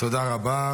תודה רבה.